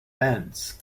bands